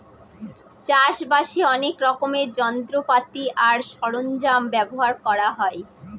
চাষ বাসে অনেক রকমের যন্ত্রপাতি আর সরঞ্জাম ব্যবহার করা হয়